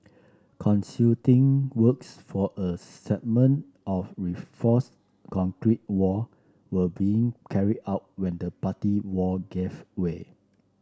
concreting works for a segment of reinforced concrete wall were being carried out when the party wall gave way